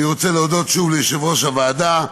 אני רוצה להודות שוב ליושב-ראש הוועדה,